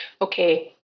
okay